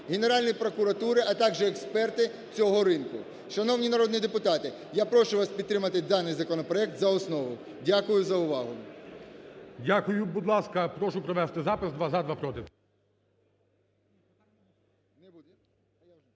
Генеральної прокуратури, а також експерти цього ринку. Шановні народні депутати, я прошу вас підтримати даний законопроект за основу. Дякую за увагу. ГОЛОВУЮЧИЙ. Дякую. Будь ласка, прошу провести запис: